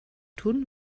tun